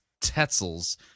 Tetzel's